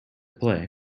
play